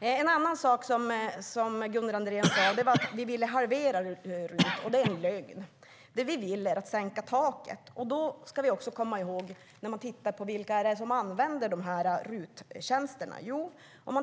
En annan sak som Gunnar Andrén sade var att vi vill halvera RUT. Det är en lögn. Det vi vill är att sänka taket. Det ska man komma ihåg när man tittar på vilka som använder RUT-tjänsterna.